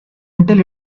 until